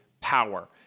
power